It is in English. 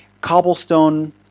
cobblestone